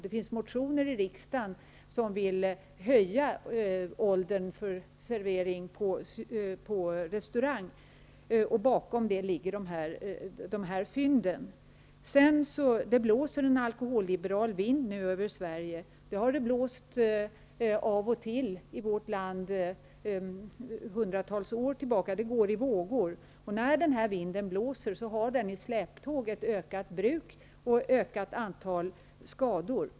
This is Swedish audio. Vidare finns det motioner i riksdagen om att höja åldern för att bli serverad alkohol på restaurang. Bakom det ligger de här fynden. Det blåser nu en alkoholliberal vind över Sverige -- det har det gjort av och till i vårt land hundratals år tillbaka; det går i vågor. När den vinden blåser har den i släptåg ett ökat bruk och ett ökat antal skador.